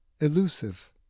elusive